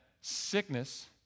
sickness